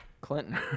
Clinton